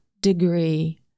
degree